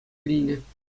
илнӗ